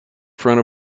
front